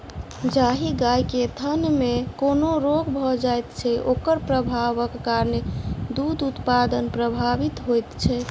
जाहि गाय के थनमे कोनो रोग भ जाइत छै, ओकर प्रभावक कारणेँ दूध उत्पादन प्रभावित होइत छै